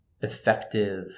effective